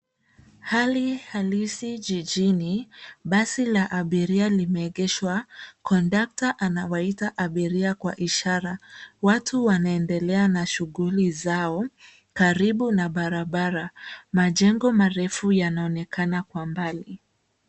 Hali halisi jijini, basi la abiria limeegeshwa , kondakta anawaita abiria kwa ishara. Watu wanaendelea na shughuli zao karibu na barabara. Majengo marefu yanaonekana kwa mbali.